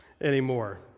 anymore